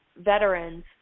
veterans